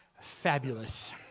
fabulous